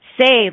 say